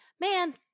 man